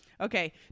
Okay